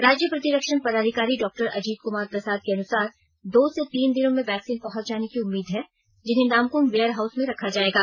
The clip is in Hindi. राज्य प्रतिरक्षण पदाधिकारी डॉक्टर अजीत कुमार प्रसाद के अनुसार दो से तीन दिनों में वैक्सीन पहुंच जाने की उम्मीद है जिन्हें नामकोम वेअर हाउस में रखा जाएगा